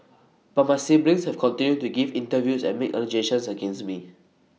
but my siblings have continued to give interviews and make allegations against me